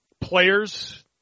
players